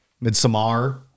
midsummer